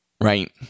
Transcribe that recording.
Right